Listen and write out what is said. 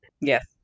Yes